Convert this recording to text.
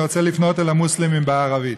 אני רוצה לפנות אל המוסלמים בערבית: